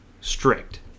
strict